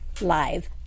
live